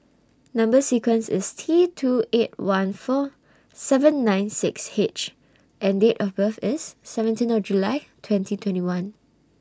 Number sequence IS T two eight one four seven nine six H and Date of birth IS seventeen of July twenty twenty one